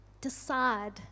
Decide